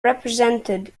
represented